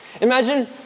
Imagine